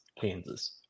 Kansas